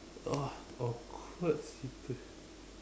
!wah! awkward situation